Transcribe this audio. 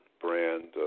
brand